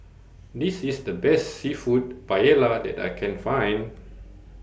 This IS The Best Seafood Paella that I Can Find